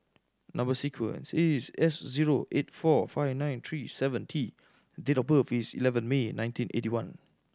number sequence is S zero eight four five nine three seven T date of birth is eleven May nineteen eighty one